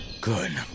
Good